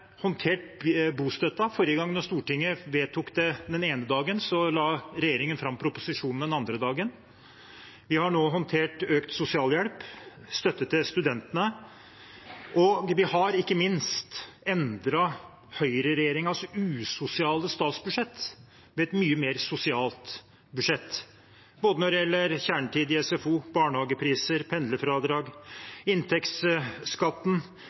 håndtert bostøtten; forrige gang Stortinget vedtok det den ene dagen, la regjeringen fram proposisjonen den andre dagen. Vi har nå håndtert økt sosialhjelp og støtte til studentene. Og vi har ikke minst endret høyreregjeringens usosiale statsbudsjett til et mye mer sosialt budsjett, når det gjelder både kjernetid i SFO, barnehagepriser, pendlerfradrag,